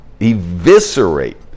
eviscerate